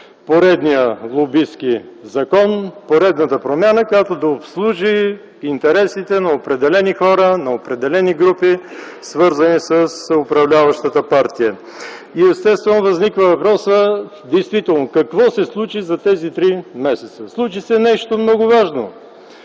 поредният лобистки закон, поредната промяна, която да обслужи интересите на определени хора, на определени групи, свързани с управляващата партия. Естествено възниква въпросът: действително какво се случи за тези три месеца? Случи се нещо много важно.